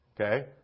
Okay